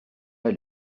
elle